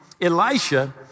Elisha